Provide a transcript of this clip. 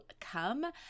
come